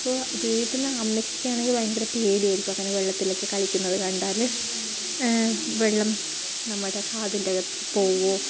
അപ്പോൾ വീട്ടിൽ നി ന്ന് അമ്മക്കൊക്കെ ആണെങ്കിൽ ഭയങ്കര പേടിയായിരിക്കും അങ്ങനെ വെള്ളത്തിലൊക്കെ കളിക്കുന്നത് കണ്ടാൽ വെള്ളം നമ്മുടെ കാതിൻ്റെ അകത്ത് പോവുമോ